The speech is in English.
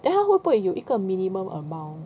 then 他会不会有一个 minimum amount